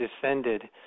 descended